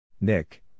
Nick